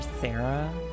Sarah